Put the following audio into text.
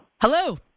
Hello